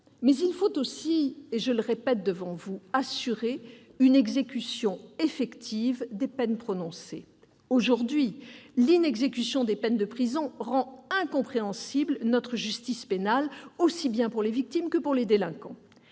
Mais il faut aussi assurer une exécution effective des peines prononcées. Aujourd'hui, l'inexécution des peines de prison rend incompréhensible notre justice pénale, aussi bien pour les victimes que pour les délinquants.